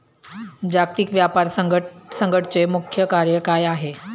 जागतिक व्यापार संघटचे मुख्य कार्य काय आहे?